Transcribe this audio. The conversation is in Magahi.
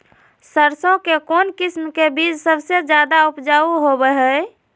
सरसों के कौन किस्म के बीच सबसे ज्यादा उपजाऊ होबो हय?